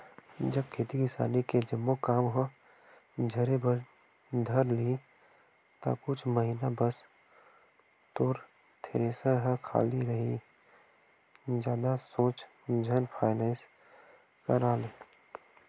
जब खेती किसानी के जम्मो काम ह झरे बर धर लिही ता कुछ महिना बस तोर थेरेसर ह खाली रइही जादा सोच झन फायनेंस करा ले